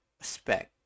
respect